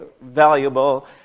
valuable